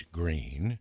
green